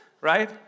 right